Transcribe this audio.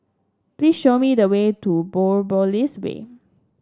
please show me the way to Biopolis Way